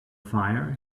fire